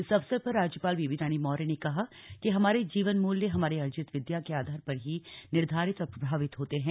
इस अवसर पर राज्यपाल बेबी रानी मौर्य ने कहा कि हमारे जीवन मूल्य हमारी अर्जित विद्या के आधार पर ही निर्धारित और प्रभावित होते हैं